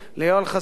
ליואל חסון,